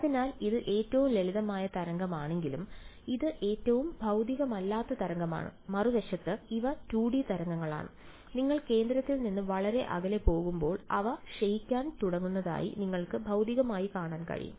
അതിനാൽ ഇത് ഏറ്റവും ലളിതമായ തരംഗമാണെങ്കിലും ഇത് ഏറ്റവും ഭൌതികമല്ലാത്ത തരംഗമാണ് മറുവശത്ത് ഇവ 2 ഡി തരംഗങ്ങളാണ് നിങ്ങൾ കേന്ദ്രത്തിൽ നിന്ന് വളരെ അകലെ പോകുമ്പോൾ അവ ക്ഷയിക്കാൻ തുടങ്ങുന്നതായി നിങ്ങൾക്ക് ഭൌതികമായി കാണാൻ കഴിയും